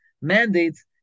mandates